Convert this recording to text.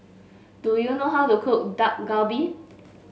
do you know how to cook Dak Galbi